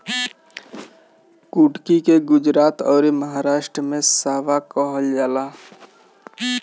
कुटकी के गुजरात अउरी महाराष्ट्र में सांवा कहल जाला